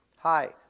Hi